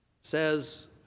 says